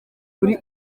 kuri